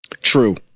True